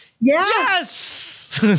yes